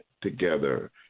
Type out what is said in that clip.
together